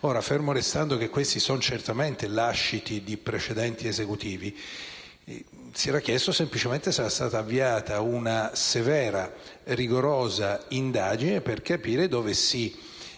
Ora, fermo restando che questi sono certamente lasciti di precedenti Esecutivi, si era chiesto semplicemente se era stata avviata una severa e rigorosa indagine per capire dove si